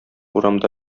урамда